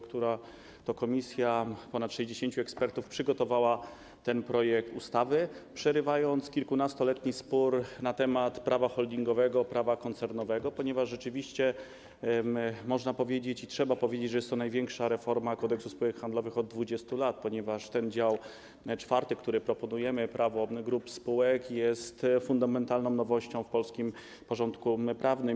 Komisja ta, ponad 60 jej ekspertów, przygotowała ten projekt ustawy, przerywając kilkunastoletni spór na temat prawa holdingowego, prawa koncernowego, ponieważ rzeczywiście można powiedzieć i trzeba powiedzieć, że to jest największa reforma Kodeksu spółek handlowych od 20 lat, ponieważ ten dział IV, który proponujemy, Prawo grup spółek jest fundamentalną nowością w polskim porządku prawnym.